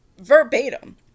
Verbatim